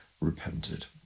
repented